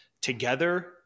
together